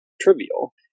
trivial